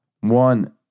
one